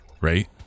right